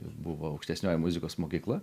buvo aukštesnioji muzikos mokykla